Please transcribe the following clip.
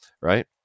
right